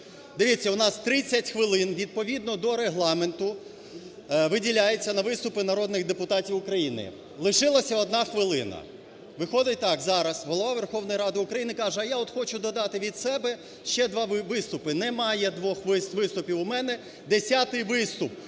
Дивіться у нас 30 хвилин відповідно до Регламенту виділяється на виступи народних депутатів України. Лишилася 1 хвилина. Виходить так, зараз Голова Верховної Ради України каже: а я от хочу додати від себе ще 2 виступи. Немає двох виступів у мене, десятий виступ